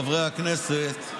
חברי הכנסת,